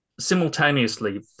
simultaneously